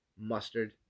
Mustard